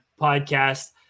podcast